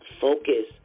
focus